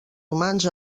humans